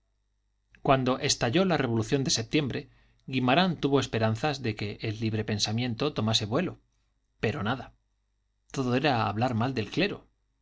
cuando estalló la revolución de septiembre guimarán tuvo esperanzas de que el librepensamiento tomase vuelo pero nada todo era hablar mal del clero